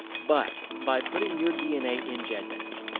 but by putting your dna in gedmatch,